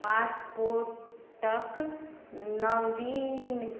पासपोर्टक नवीन